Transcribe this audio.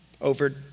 over